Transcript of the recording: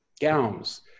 gowns